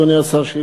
אדוני השר,